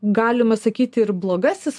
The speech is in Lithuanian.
galima sakyti ir blogasis